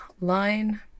line